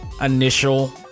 initial